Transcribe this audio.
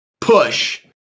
Push